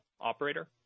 Operator